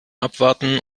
abwarten